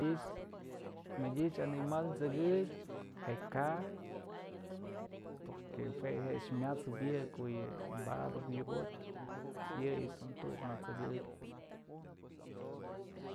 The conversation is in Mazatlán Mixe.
Ji's madyëch animal t'sëkëbyë je'e ka'a porque jue je'e myat'sëp yë ko'o yë badëp yukotyë yëyëch dun tu'uk na' t'sëkëbyë.